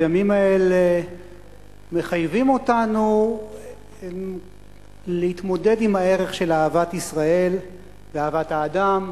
הימים האלה מחייבים אותנו להתמודד עם הערך של אהבת ישראל ואהבת האדם,